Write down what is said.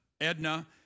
Edna